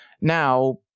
now